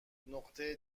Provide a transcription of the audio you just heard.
نقطه